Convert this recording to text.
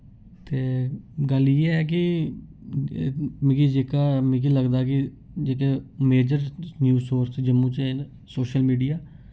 ते गल्ल इ'यै कि मिकी जेह्का मिकी लगदा कि जेह्के मेजर न्यूज सोर्स जम्मू च एह् न सोशल मीडिया